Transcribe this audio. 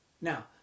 Now